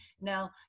now